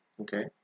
Okay